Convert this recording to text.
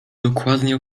dokładnie